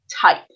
type